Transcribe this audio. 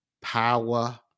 power